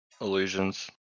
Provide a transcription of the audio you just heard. illusions